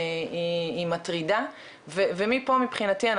היא מטרידה ומפה מבחינתי,